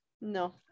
No